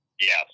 Yes